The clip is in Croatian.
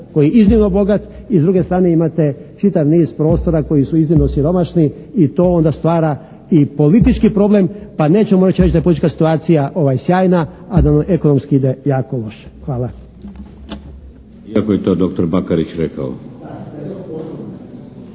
koji je iznimno bogat i s druge strane imate čitav niz prostora koji su iznimno siromašni i to onda stvara i politički problem. Pa nećemo moći reći da je politička situacija sjajna, a ekonomski da je jako loše. Hvala.